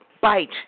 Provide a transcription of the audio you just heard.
bite